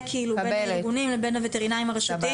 בין הארגונים לבין הווטרינרים הרשותיים.